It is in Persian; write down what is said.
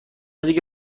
دیگه